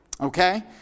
Okay